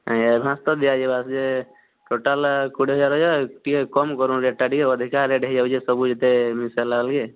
ନାହିଁ ଆଡ଼ଭାନ୍ସ ତ ଦିଆଯିବାର ଯେ ଟୋଟାଲ୍ କୋଡ଼ିଏ ହଜାର ଯେ ଟିକେ କମ କରୁନ୍ ରେଟ୍ଟା ଟିକେ ଟିକେ ଅଧିକା ରେଟ୍ ହୋଇଯାଉଛି ଏସବୁ ଯେତେ ମିଶାଇଲା ବେଲେକେ